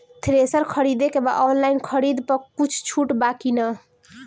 Thresher खरीदे के बा ऑनलाइन खरीद पर कुछ छूट बा कि न?